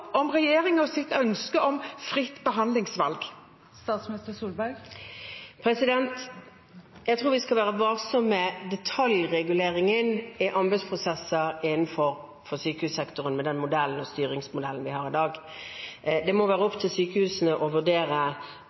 om regjeringens ønske om fritt behandlingsvalg? Jeg tror vi skal være varsomme med detaljreguleringen i anbudsprosesser innenfor sykehussektoren med den modellen og styringsmodellen vi har i dag. Det må være opp til sykehusene også å vurdere